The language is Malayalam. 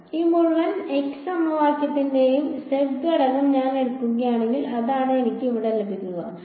അതിനാൽ ഈ മുഴുവൻ x സമവാക്യത്തിന്റെയും z ഘടകം ഞാൻ എടുക്കുകയാണെങ്കിൽ അതാണ് എനിക്ക് ഇവിടെ ലഭിക്കുക